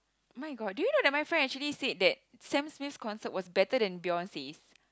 my god do you know that my friend actually said that Sam-Smith concert was better than Beyonce's